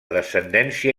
descendència